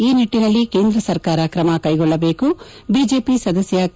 ಈ ನಿಟ್ಟಿನಲ್ಲಿ ಕೇಂದ್ರ ಸರಕಾರ ಕ್ರಮ ಕೈಗೊಳ್ಳಬೇಕು ಬಿಜೆಪಿ ಸದಸ್ಯ ಕೆ